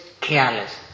careless